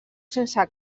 sense